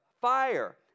fire